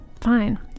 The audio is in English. fine